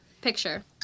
picture